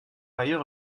ailleurs